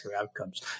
outcomes